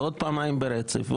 ועוד פעמיים ברצף,